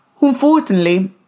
Unfortunately